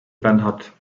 bernhard